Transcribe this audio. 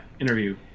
interview